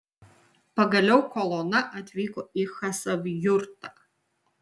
pagaliau kolona atvyko į chasavjurtą